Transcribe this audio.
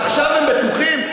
עכשיו הם בטוחים?